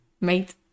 Mate